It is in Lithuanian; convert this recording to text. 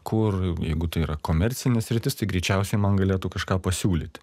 kur jeigu tai yra komercinė sritis tai greičiausiai man galėtų kažką pasiūlyti